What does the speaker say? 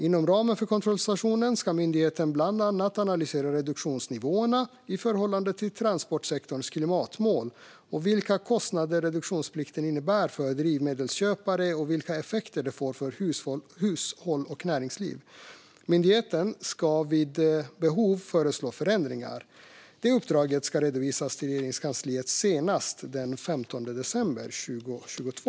Inom ramen för kontrollstationen ska myndigheten bland annat analysera reduktionsnivåerna i förhållande till transportsektorns klimatmål, vilka kostnader reduktionsplikten innebär för drivmedelsköpare och vilka effekter det får för hushåll och näringsliv. Myndigheten ska vid behov föreslå förändringar. Det uppdraget ska redovisas till Regeringskansliet senast den 15 december 2022.